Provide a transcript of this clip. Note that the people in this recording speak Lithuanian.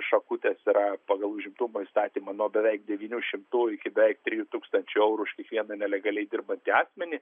šakutės yra pagal užimtumo įstatymą nuo beveik devynių šimtų iki beveik trijų tūkstančių eurų už kiekvieną nelegaliai dirbantį asmenį